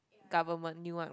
government new one what